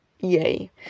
Yay